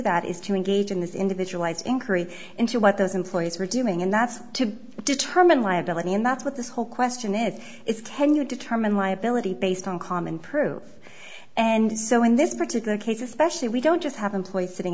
that is to engage in this individualized inquiry into what those employees were doing and that's to determine liability and that's what this whole question is is tenure determine liability based on common proof and so in this particular case especially we don't just have employees sitting